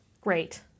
Great